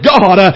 God